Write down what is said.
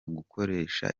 gukoresha